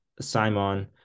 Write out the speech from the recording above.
Simon